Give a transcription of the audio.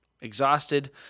Exhausted